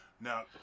Now